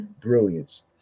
brilliance